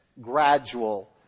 gradual